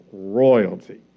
royalty